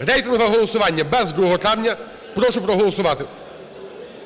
Рейтингове голосування, без 2 травня. Прошу проголосувати,